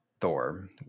Thor